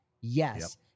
Yes